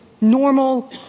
normal